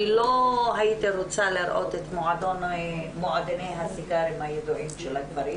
לא הייתי רוצה לראות את מועדוני הסיגרים הידועים של הגברים.